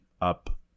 up